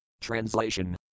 Translation